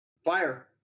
Fire